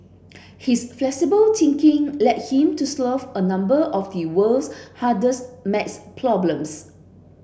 his flexible thinking led him to a number of the world's hardest maths problems